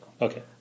Okay